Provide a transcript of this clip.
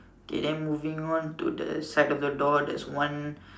k then moving on to the side of the door there's one